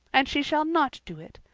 and she shall not do it.